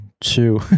two